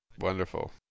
Wonderful